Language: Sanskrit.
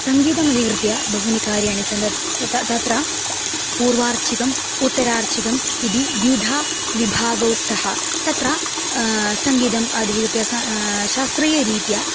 सङ्गीतमधिकृत्य बहूनि कार्याणि सन्ति त तत्र पूर्वार्चिकम् उत्तरार्चिकम् इति द्विधा विभागौ स्तः तत्र सङ्गीतम् अधिकृत्य सः शास्त्रीयरीत्या